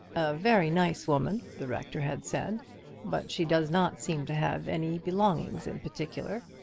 a very nice woman, the rector had said but she does not seem to have any belongings in particular.